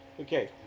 Okay